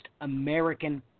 American